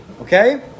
Okay